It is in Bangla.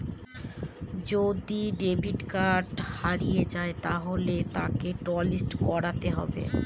যদি ডেবিট কার্ড হারিয়ে যায় তাহলে তাকে টলিস্ট করাতে হবে